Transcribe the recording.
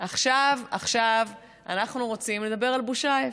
עכשיו אנחנו רוצים לדבר על בושאייף.